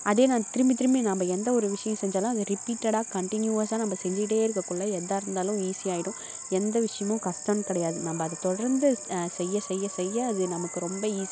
அதே நான் திரும்பி திரும்பி நம்ம எந்த ஒரு விஷயம் செஞ்சாலும் அது ரிப்பீட்டடாக கண்ட்டினியூவஸாக நம்ம செஞ்சுக்கிட்டே இருக்கக்குள்ளே எதாக இருந்தாலும் ஈஸியாகிடும் எந்த விஷயமும் கஷ்டன்னு கிடையாது நம்ம அதை தொடர்ந்து செய்ய செய்ய செய்ய அது நமக்கு ரொம்ப ஈஸியாகிடும்